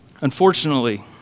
Unfortunately